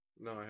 No